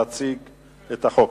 להציג את החוק.